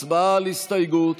הצבעה על ההסתייגות.